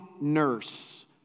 nurse